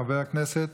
חבר הכנסת